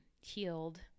healed